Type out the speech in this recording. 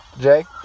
Jake